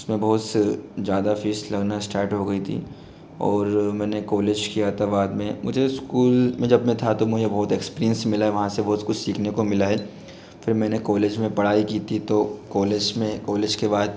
उसमें बहुत से ज़्यादा फ़ीस लगना इस्टार्ट हो गई थी और मैंने कोलेज किया था बाद में मुझे इस्कूल जब मैं था तो मुझे बहुत एक्सपीरियंस मिला वहाँ से बहुत कुछ सीखने को मिला है फ़िर मैंने कोलेज में पढ़ाई की थी तो कोलेज में कोलेज के बाद